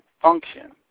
function